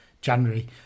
January